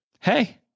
hey